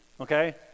okay